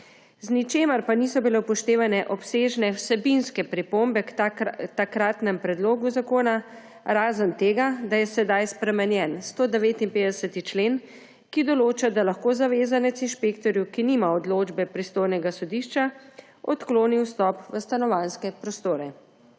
Z ničemer pa niso bile upoštevane obsežne vsebinske pripombe k takratnemu predlogu zakona, razen tega, da je sedaj spremenjen 159. člen, ki določa, da lahko zavezanec inšpektorju, ki nima odločbe pristojnega sodišča, odkloni vstop v stanovanjske prostore.